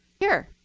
here.